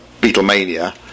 Beatlemania